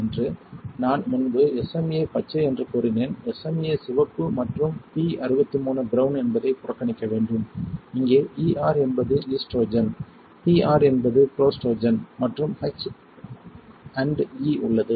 என்று நான் முன்பு SMA பச்சை என்று சொன்னேன் SMA சிவப்பு மற்றும் P63 பிரவுன் என்பதை புறக்கணிக்க வேண்டும் இங்கே ER என்பது ஈஸ்ட்ரோஜன் PR என்பது புரோஸ்டோஜன் மற்றும் H E உள்ளது